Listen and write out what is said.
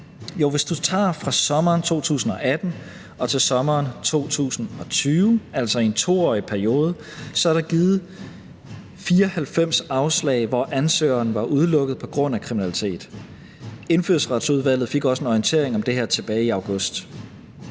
Hvis du tager fra sommeren 2018 og til sommeren 2020, altså en 2-årig periode, så er der givet 94 afslag, hvor ansøgeren var udelukket på grund af kriminalitet. Indfødsretsudvalget fik også en orientering om det her tilbage i august.